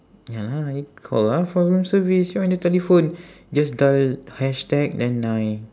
ya lah you call ah for room service you're on the telephone just dial hashtag then nine